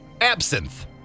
absinthe